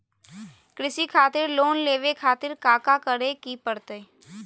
कृषि खातिर लोन लेवे खातिर काका करे की परतई?